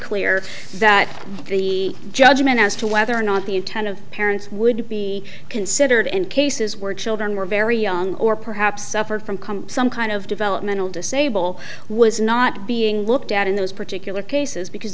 clear that the judgment as to whether or not the intent of parents would be considered in cases where children were very young or perhaps suffered from come some kind of developmental disable was not being looked at in those particular cases because